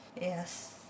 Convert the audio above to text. Yes